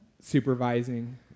Supervising